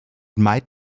might